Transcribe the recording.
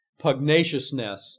Pugnaciousness